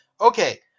okay